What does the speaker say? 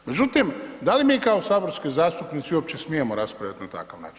Međutim, da li mi kao saborski zastupnici uopće smijemo raspravljati na takav način?